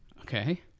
Okay